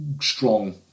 strong